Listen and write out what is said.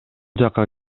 жакка